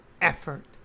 effort